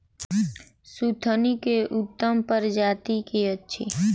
सुथनी केँ उत्तम प्रजाति केँ अछि?